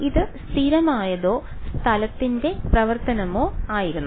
ഇത് സ്ഥിരമായതോ സ്ഥലത്തിന്റെ പ്രവർത്തനമോ ആയിരുന്നു